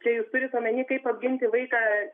čia jūs turint omenyje kaip apginti vaiką